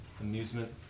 amusement